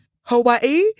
Hawaii